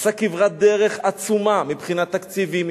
עשה כברת דרך עצומה מבחינת תקציבים,